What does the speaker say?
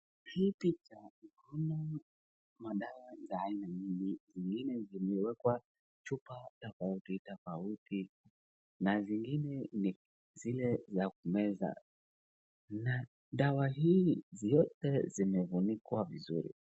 Hii picha ina aina madawa za aina nyingi zingine zimewekwa chupa tofauti tofauti na zingine ni zile za kumeza na dawa hizi zote zimefunikwa vizuri.